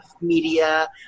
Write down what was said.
media